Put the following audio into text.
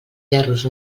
gerros